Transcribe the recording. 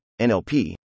NLP